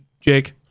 Jake